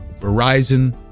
Verizon